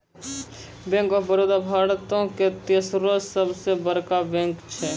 bank of Baroda भारतो के तेसरो सभ से बड़का बैंक छै